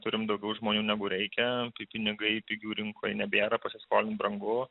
turime daugiau žmonių negu reikia pinigai tikiu rinkoje nebėra pasiskolinti brangu